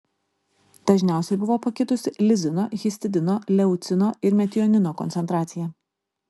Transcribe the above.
dažniausiai buvo pakitusi lizino histidino leucino ir metionino koncentracija